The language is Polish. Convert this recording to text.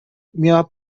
miała